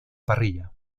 parrilla